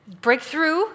breakthrough